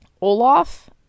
Olaf